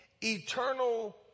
eternal